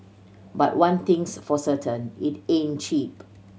but one thing's for certain it ain't cheap